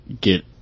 get